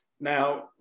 Now